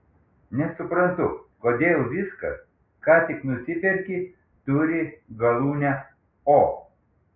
nesuprantu kodėl viskas ką tik nusiperki turi galūnę o